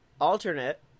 alternate